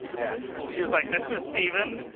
yeah she was like, this is steven.